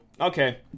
okay